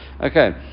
Okay